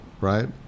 right